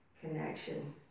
connection